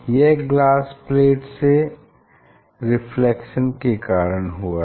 यह glass plate से reflection के कारण हुआ है